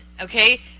okay